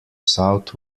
south